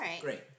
great